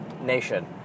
nation